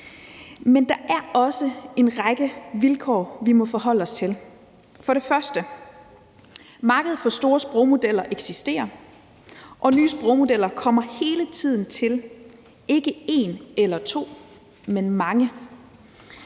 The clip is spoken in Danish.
Men der er også en række vilkår, vi må forholde os til. For det første eksisterer markedet for store sprogmodeller, og nye sprogmodeller kommer hele tiden til – ikke en eller to, men mange.